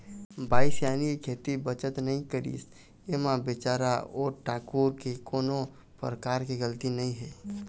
बाई सियानी के सेती बचत नइ करिस ऐमा बिचारा ओ ठाकूर के कोनो परकार के गलती नइ हे